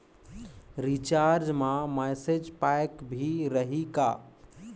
Recharge मा message pack भी रही का?